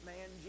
Man